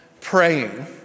praying